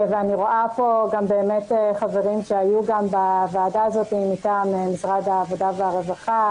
אני רואה כאן חברים שהיו גם בוועדה מטעם משרד העבודה והרווחה